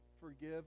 forgive